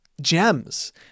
gems